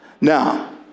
Now